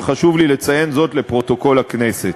וחשוב לי לציין זאת לפרוטוקול הכנסת.